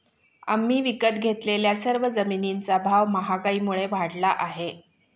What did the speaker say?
आम्ही विकत घेतलेल्या सर्व जमिनींचा भाव महागाईमुळे वाढला आहे